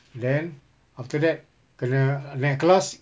then after that kena naik class